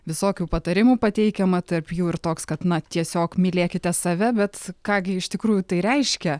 visokių patarimų pateikiama tarp jų ir toks kad na tiesiog mylėkite save bet ką gi iš tikrųjų tai reiškia